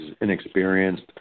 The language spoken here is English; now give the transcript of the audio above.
inexperienced